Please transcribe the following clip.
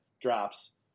drops